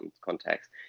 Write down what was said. context